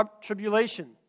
tribulation